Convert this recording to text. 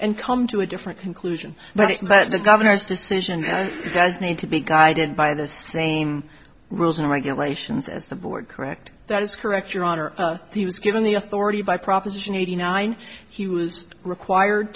and come to a different conclusion but the governor's decision does need to be guided by the same rules and regulations as the board correct that is correct your honor he was given the authority by proposition eighty nine he was required